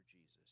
Jesus